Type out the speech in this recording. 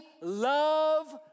love